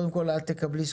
קודם כל את תקבלי